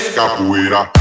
capoeira